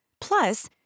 Plus